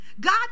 God